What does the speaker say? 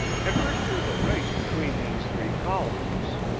at first, it was a race between these three colonies.